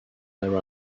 their